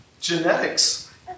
Genetics